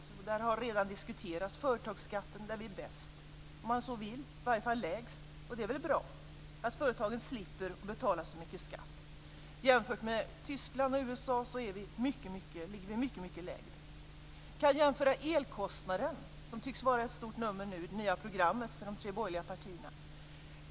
Företagsskatten har redan diskuterats, där vi är bäst, om man så vill, eller i varje fall lägst. Det är väl bra att företagen slipper betala så mycket skatt. Jämfört med Tyskland och USA ligger vi mycket lägre. Vi kan jämföra elkostnaden, som tycks vara ett stort nummer i det nya programmet för de tre borgerliga partierna.